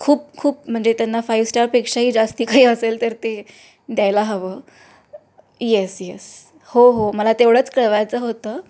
खूप खूप म्हणजे त्यांना फाईव्ह स्टारपेक्षाही जास्त काही असेल तर ते द्यायला हवं येस येस हो हो मला तेवढंच कळवायचं होतं